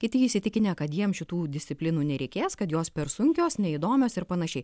kiti įsitikinę kad jiems šitų disciplinų nereikės kad jos per sunkios neįdomios ir panašiai